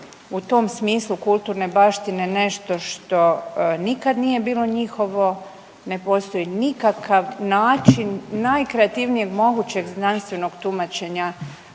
u tom smislu kulturne baštine nešto što nikad nije bilo njihovo, ne postoji nikakav način najkreativnijeg mogućeg znanstvenog tumačenja